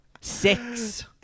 Six